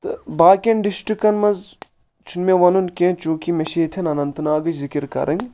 تہٕ باقیَن ڈسٹرکن منٛز چھُنہٕ مےٚ ونُن کینٛہہ چوٗنٛکہِ مےٚ چھِ ییٚتھٮ۪ن اننت ناگٕچ ذکِر کرٕنۍ